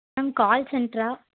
ma'am call சென்டரா